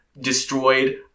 destroyed